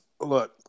look